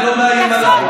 זה לא מאיים עליי.